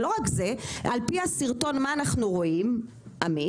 ולא רק זה, על פי הסרטון מה אנחנו רואים עמית?